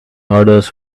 orders